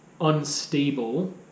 unstable